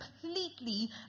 completely